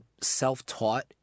self-taught